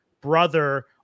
brother